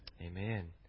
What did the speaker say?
Amen